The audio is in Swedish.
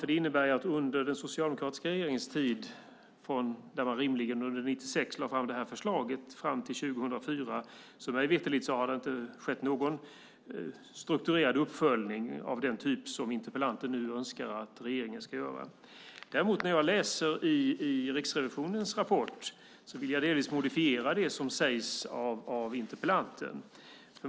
Det innebär att det under den socialdemokratiska regeringens tid, då man rimligen lade fram detta förslag 1996, fram till 2004 mig veterligt inte har skett någon strukturerad uppföljning av den typ som interpellanten nu önskar att regeringen ska göra. När jag däremot läser i Riksrevisionens rapport vill jag delvis modifiera det som sägs av interpellanten.